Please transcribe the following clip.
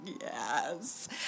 yes